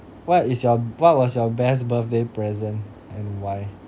what is your b~ what was your best birthday present and why